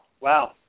Wow